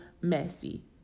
messy